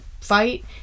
fight